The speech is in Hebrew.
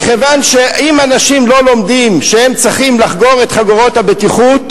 מכיוון שאם אנשים לא לומדים שהם צריכים לחגור את חגורות הבטיחות,